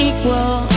Equal